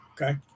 okay